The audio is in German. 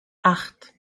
acht